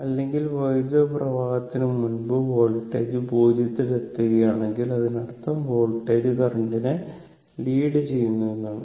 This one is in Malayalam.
അല്ലെങ്കിൽ വൈദ്യുത പ്രവാഹത്തിന് മുമ്പ് വോൾട്ടേജ് 0 ൽ എത്തുകയാണെങ്കിൽ അതിനർത്ഥം വോൾട്ടേജ് കറന്റിനെ ലീഡ് ചെയ്യുന്നു എന്നാണ്